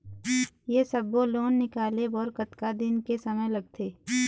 ये सब्बो लोन निकाले बर कतका दिन के समय लगथे?